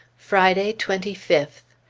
friday, twenty fifth.